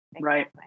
right